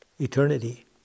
eternity